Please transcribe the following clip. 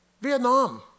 Vietnam